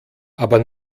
aber